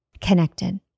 connected